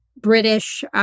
British